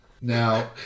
Now